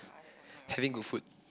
having good food